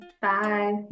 Bye